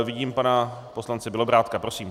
Vidím pana poslance Bělobrádka, prosím.